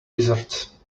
wizards